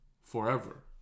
forever